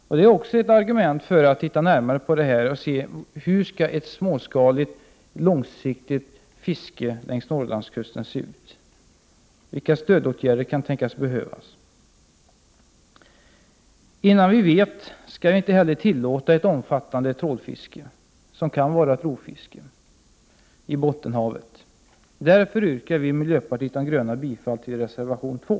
Detta är också ett argument för att undersöka hur ett småskaligt, långsiktigt fiske längs Norrlandskusten skall se ut. Vilka stödåtgärder kan behövas? Innan vi vet skall vi inte heller tillåta ett omfattande trålfiske i Bottenhavet, som kan innebära rovfiske. Därmed yrkar vi i miljöpartiet de gröna bifall till reservation 2.